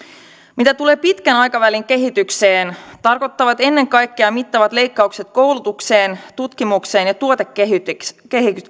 mitä tulee pitkän aikavälin kehitykseen tarkoittavat ennen kaikkea mittavat leikkaukset koulutukseen tutkimukseen ja tuotekehitykseen